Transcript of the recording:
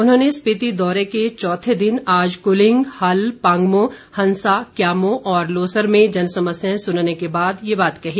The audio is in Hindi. उन्होंने स्पिति दौरे के चौथे दिन आज कुलिंग हल पांगमो हंसा क्यामो और लोसर में जनसमस्याएं सुंनने के बाद ये बात कही